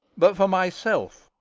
but for myself,